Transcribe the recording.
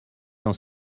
dans